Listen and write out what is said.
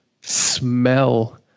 smell